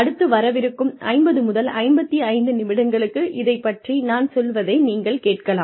அடுத்த வரவிருக்கும் 50 முதல் 55 நிமிடங்களுக்கு இதைப் பற்றி நான் சொல்வதை நீங்கள் கேட்கலாம்